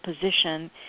position